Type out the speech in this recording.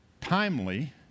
timely